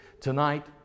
tonight